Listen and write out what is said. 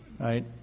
right